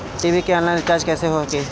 TV के online recharge कैसे होखी?